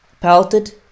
pelted